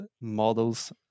models